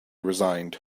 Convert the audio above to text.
resigned